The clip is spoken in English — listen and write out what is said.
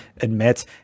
admits